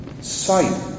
sight